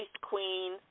queen